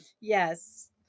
Yes